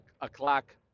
o'clock